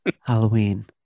Halloween